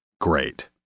great